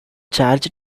charge